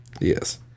yes